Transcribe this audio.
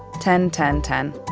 ten, ten, ten.